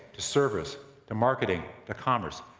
to servers, to marketing, to commerce,